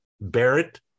Barrett